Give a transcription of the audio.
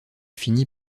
finit